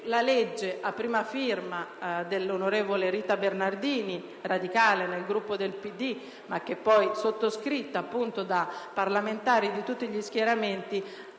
la legge a prima firma dell'onorevole Rita Bernardini (radicale nel Gruppo PD), poi sottoscritta da parlamentari di tutti gli schieramenti,